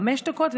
חמש דקות,